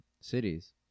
cities